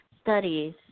studies